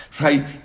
right